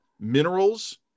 minerals